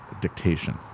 dictation